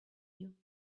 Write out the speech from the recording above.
you